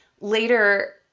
Later